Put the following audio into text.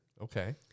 Okay